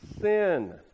sin